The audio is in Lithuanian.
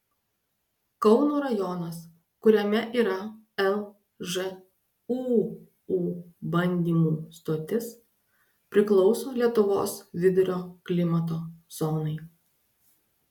kauno rajonas kuriame yra lžūu bandymų stotis priklauso lietuvos vidurio klimato zonai